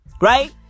Right